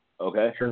Okay